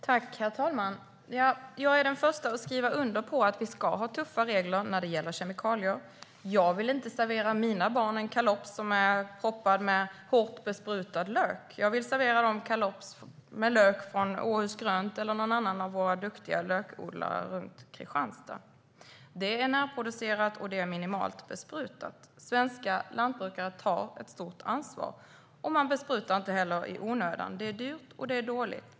Herr talman! Jag är den första att skriva under på att vi ska ha tuffa reg-ler när det gäller kemikalier. Jag vill inte servera mina barn en kalops som är proppad med hårt besprutad lök. Jag vill servera dem kalops med lök från Åhus Grönt eller någon annan av våra duktiga lökodlare runt Kristianstad. Det är närproducerat, och det är minimalt besprutat. Svenska lantbrukare tar ett stort ansvar, och man besprutar inte heller i onödan, för det är både dyrt och dåligt.